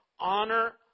Honor